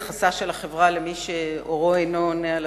יחסה של החברה למי שעורו אינו עונה על